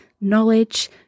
knowledge